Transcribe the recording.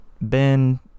Ben